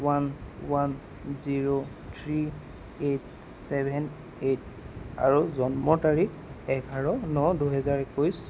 one one zero three eight seven eight আৰু জন্মৰ তাৰিখ এঘাৰ ন দুহেজাৰ একৈছ